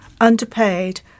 underpaid